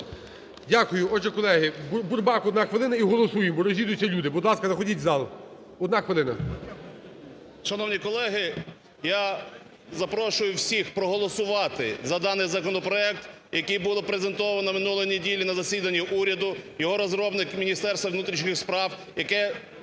Дякую. Отже, колеги, Бурбак, 1 хвилина. І голосуємо, бо розійдуться люди. Будь ласка, заходьте в зал. 1 хвилина. 13:20:36 БУРБАК М.Ю. Шановні колеги, я запрошую всіх проголосувати за даний законопроект, який було презентовано минулої неділі на засіданні уряду. Його розробник – Міністерство внутрішніх справ, яке